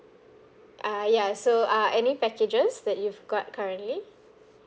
uh ya so uh any packages that you've got currently